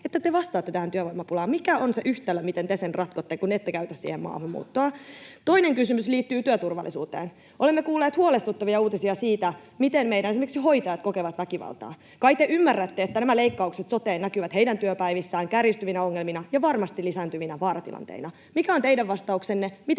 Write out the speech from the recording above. että te vastaatte tähän työvoimapulaan. Mikä on se yhtälö, miten te sen ratkotte, kun ette käytä siihen maahanmuuttoa? Toinen kysymys liittyy työturvallisuuteen. Olemme kuulleet huolestuttavia uutisia siitä, miten meidän hoitajat kokevat väkivaltaa. Kai te ymmärrätte, että nämä leikkaukset soteen näkyvät heidän työpäivissään kärjistyvinä ongelmina ja varmasti lisääntyvinä vaaratilanteina? Mikä on teidän vastauksenne: